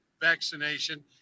vaccination